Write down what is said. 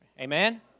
Amen